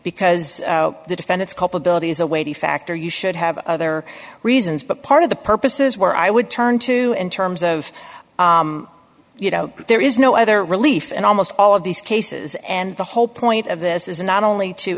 because the defendants culpability is a weighty factor you should have other reasons but part of the purpose is where i would turn to in terms of you know there is no other relief in almost all of these cases and the whole point of this is not only to